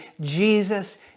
Jesus